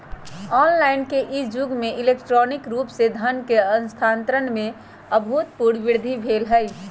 online के इ जुग में इलेक्ट्रॉनिक रूप से धन के स्थानान्तरण में अभूतपूर्व वृद्धि भेल हइ